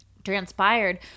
transpired